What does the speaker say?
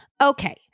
Okay